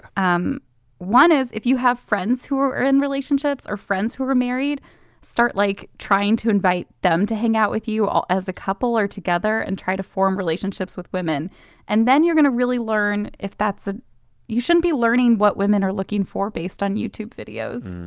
um one is if you have friends who are in relationships or friends who were married start like trying to invite them to hang out with you or as a couple or together and try to form relationships with women and then you're going to really learn if that's a you shouldn't be learning what women are looking for based on youtube videos